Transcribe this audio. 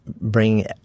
bring